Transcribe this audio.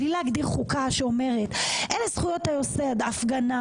בלי להגדיר חוקה שאומרת אלה זכויות אתה עושה בהפגנה